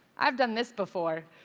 i've done this before.